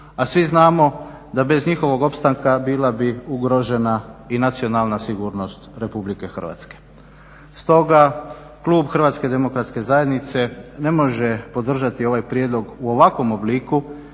a svi znamo da bez njihovog opstanka bila bi ugrožena i nacionalna sigurnost RH. Stoga, klub HDZ-a ne može podržati ovaj prijedlog u ovakvom obliku